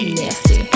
nasty